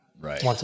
Right